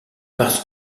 parce